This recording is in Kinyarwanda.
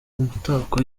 umutako